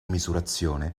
misurazione